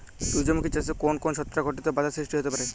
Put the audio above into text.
সূর্যমুখী চাষে কোন কোন ছত্রাক ঘটিত বাধা সৃষ্টি হতে পারে?